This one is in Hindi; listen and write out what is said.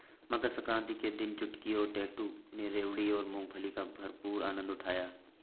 मकर सक्रांति के दिन चुटकी और टैटू ने रेवड़ी और मूंगफली का भरपूर आनंद उठाया